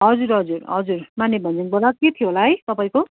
हजुर हजुर हजुर माने भन्ज्याङबाट के थियो होला है तपाईँको